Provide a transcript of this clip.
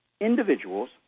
individuals